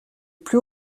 plus